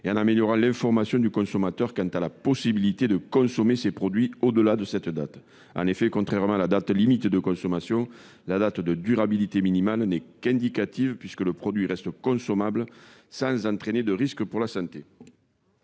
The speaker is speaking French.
et d'améliorer l'information du consommateur quant à la possibilité de consommer ces produits au-delà de cette date. En effet, contrairement à la date limite de consommation, la date de durabilité minimale n'est qu'indicative, puisque le produit reste consommable sans entraîner de risques pour la santé.